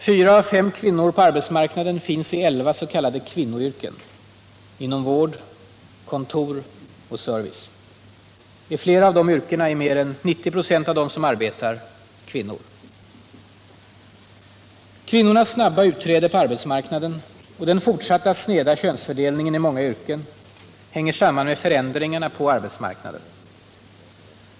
Fyra av fem kvinnor på arbetsmarknaden finns i elva s.k. kvinnoyrken —- inom vård, kontor och service. I flera av de yrkena är mer än 90 926 av dem som arbetar kvinnor. Kvinnornas snabba utträde på arbetsmarknaden och den fortsatta sneda könsfördelningen i många yrken hänger samman med förändringarna på arbetsmarknaden.